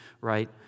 right